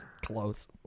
Close